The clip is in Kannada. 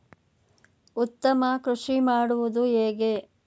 ಉತ್ತಮ ಕೃಷಿ ಮಾಡುವುದು ಹೇಗೆ?